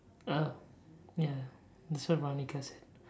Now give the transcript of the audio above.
uh ya that's what Veronica said